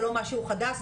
זה לא משהו חדש,